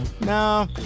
No